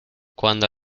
cuando